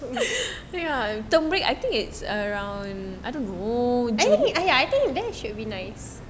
eh I think there should be nice